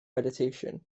meditation